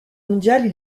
mondiale